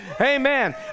amen